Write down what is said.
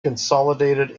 consolidated